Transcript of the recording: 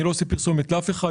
אני לא עושה פרסומות לאף אחד,